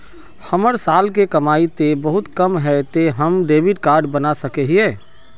हमर साल के कमाई ते बहुत कम है ते हम डेबिट कार्ड बना सके हिये?